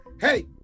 Hey